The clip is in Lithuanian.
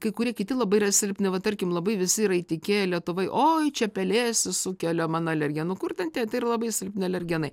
kai kurie kiti labai yra silpni va tarkim labai visi yra įtikėję lietuvoj oi čia pelėsis sukelia mano alergeną nu kur ten tie tai yra labai silpni alergenai